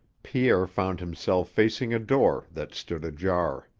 pierre found himself facing a door that stood ajar.